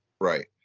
right